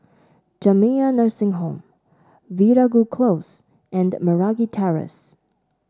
Jamiyah Nursing Home Veeragoo Close and Meragi Terrace